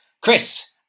Chris